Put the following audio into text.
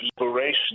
liberation